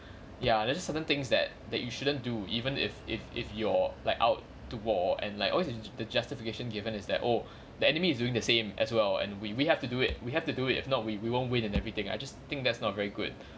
ya there's just certain things that that you shouldn't do even if if if you're like out to war and like always in the justification given is that oh the enemy is doing the same as well and we we have to do it we have to do it if not we we won't win and everything I just think that's not very good